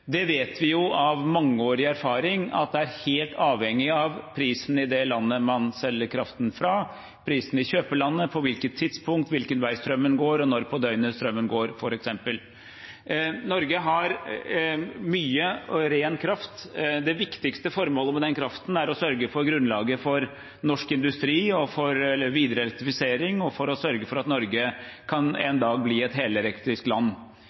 Det vet vi av mangeårig erfaring at er helt avhengig av prisen i det landet man selger kraften fra, av prisen i kjøperlandet, av tidspunkt og av hvilken vei og når på døgnet strømmen går, f.eks. Norge har mye og ren kraft. Det viktigste formålet med den kraften er å sørge for grunnlaget for norsk industri, for videre elektrifisering og for at Norge en dag kan bli et helelektrisk land.